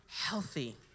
Healthy